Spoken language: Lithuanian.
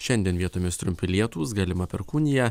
šiandien vietomis trumpi lietūs galima perkūnija